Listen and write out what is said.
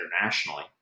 internationally